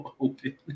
open